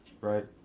right